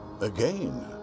Again